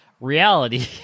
reality